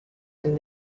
and